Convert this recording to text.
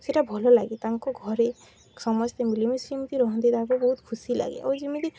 ସେଇଟା ଭଲ ଲାଗେ ତାଙ୍କ ଘରେ ସମସ୍ତେ ମିିଳିମିଶି ସେମିତି ରୁହନ୍ତି ତାଙ୍କୁ ବହୁତ ଖୁସି ଲାଗେ ଆଉ ଯେମିତି